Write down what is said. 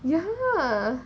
ya